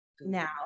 now